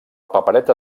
papereta